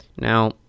Now